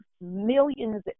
millions